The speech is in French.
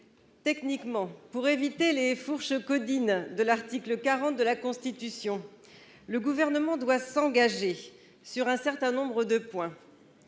Techniquement, pour éviter les fourches caudines de l'article 40 de la Constitution, le Gouvernement doit s'engager sur un certain nombre de points.